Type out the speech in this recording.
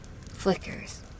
flickers